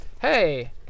Hey